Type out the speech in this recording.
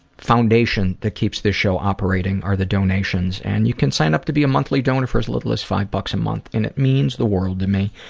foundation that keeps this show operating, are the donations. and you can sign up to be a monthly donor for as little as five bucks a month. and it means the world to me.